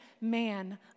man